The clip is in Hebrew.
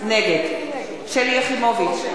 נגד שלי יחימוביץ,